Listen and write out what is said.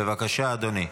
בבקשה, אדוני.